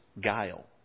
guile